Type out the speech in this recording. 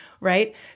right